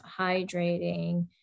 hydrating